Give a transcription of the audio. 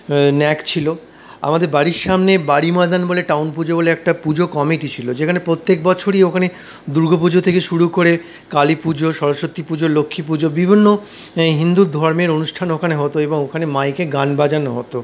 ন্যাক ছিল আমাদের বাড়ির সামনে বাড়ি ময়দান বলে টাউন পুজো বলে একটা পুজো কমিটি ছিল যেখানে প্রত্যেক বছরই ওখানে দূর্গা পুজো থেকে শুরু করে কালী পুজো স্বরস্বতী পুজো লক্ষ্মী পুজো বিভিন্ন হিন্দু ধর্মের অনুষ্ঠান ওখানে হত এবং ওখানে মাইকে গান বাজানো হত